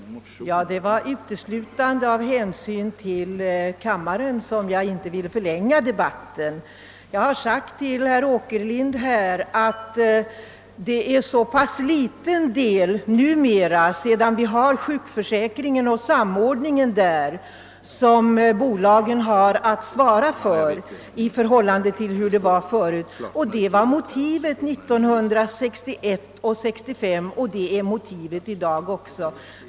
Herr talman! Det var uteslutande av hänsyn till kammaren som jag inte ville förlänga debatten. Jag har sagt till herr Åkerlind att sedan sjukförsäkringen samordnades svarar bolagen för en mycket liten del därav jämfört med hur det var tidigare. Det var motivet för ställningstagandet 1961 och 1965, och det är motivet även i dag.